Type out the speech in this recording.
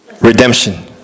redemption